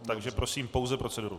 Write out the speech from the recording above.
Takže prosím pouze proceduru.